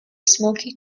smoky